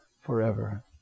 forever